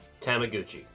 Tamaguchi